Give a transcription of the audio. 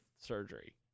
surgery